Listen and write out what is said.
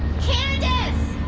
candace!